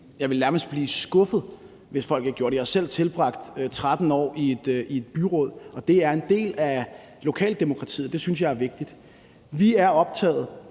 Jeg ville nærmest blive skuffet, hvis folk ikke gjorde det. Jeg har selv tilbragt 13 år i et byråd. Det er en del af lokaldemokratiet, og det synes jeg er vigtigt. Vi er optaget